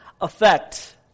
effect